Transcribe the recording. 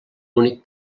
únic